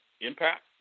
impact